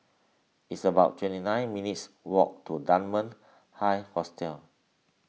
it's about twenty nine minutes' walk to Dunman High Hostel